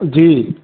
जी